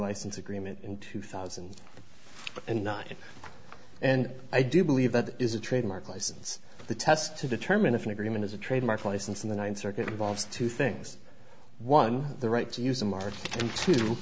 license agreement in two thousand and nine and i do believe that is a trademark license the test to determine if an agreement is a trademark license in the ninth circuit involves two things one the right to use